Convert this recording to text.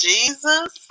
Jesus